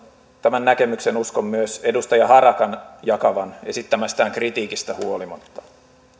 tämän näkemyksen uskon myös edustaja harakan jakavan esittämästään kritiikistä huolimatta